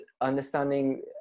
understanding